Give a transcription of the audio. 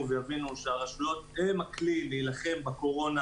ויבינו שהרשויות הן הכלי להילחם בקורונה